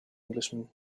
englishman